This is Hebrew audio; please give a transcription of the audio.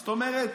זאת אומרת,